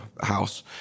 house